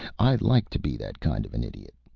i like to be that kind of an idiot.